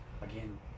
Again